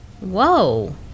Whoa